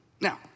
now